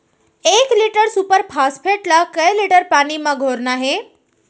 एक litre super phosphate ला कए लीटर पानी मा घोरना हे?